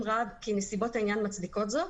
אם ראה כי נסיבות העניין מצדיקות זאת,